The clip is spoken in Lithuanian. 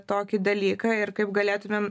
tokį dalyką ir kaip galėtumėm